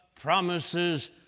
promises